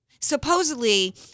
supposedly